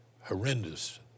horrendous